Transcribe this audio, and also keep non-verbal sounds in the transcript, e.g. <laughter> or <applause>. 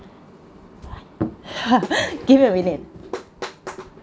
<laughs> give me a minute